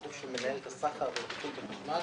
גוף שמנהל את הסחר וטיפול בחשמל,